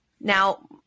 Now